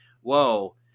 whoa